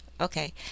okay